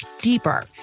deeper